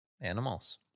Animals